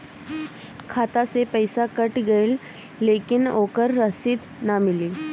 खाता से पइसा कट गेलऽ लेकिन ओकर रशिद न मिलल?